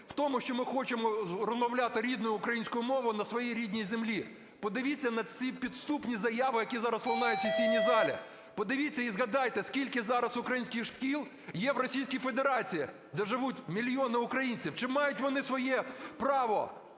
у тому, що ми хочемо розмовляти рідною українською мовою на своїй рідній землі. Подивіться на ці підступні заяви, які зараз лунають у сесійній залі. Подивіться і згадайте, скільки зараз українських шкіл є в Російській Федерації, де живуть мільйони українців. Чи мають вони своє право